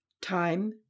Time